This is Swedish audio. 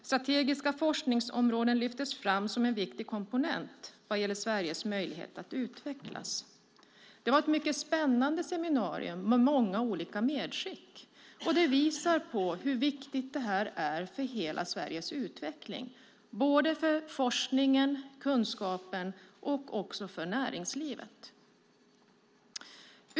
Strategiska forskningsområden lyftes fram som en viktig komponent vad gäller Sveriges möjlighet att utvecklas. Det var ett mycket spännande seminarium med många olika medskick, och det visar på hur viktigt detta är för hela Sveriges utveckling - såväl för forskningen och kunskapen som för näringslivet.